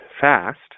fast